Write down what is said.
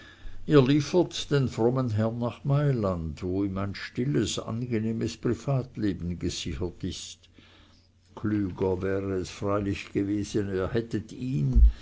liefert den frommen herrn nach mailand wo ihm ein stilles und angenehmes privatleben gesichert ist klüger wäre es freilich gewesen ihr hättet ihn